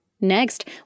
Next